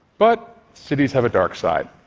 but cities have a dark side.